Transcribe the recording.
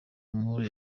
amahoro